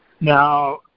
Now